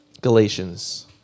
Galatians